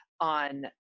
on